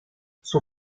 son